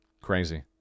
crazy